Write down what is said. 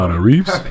Reeves